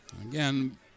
Again